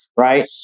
right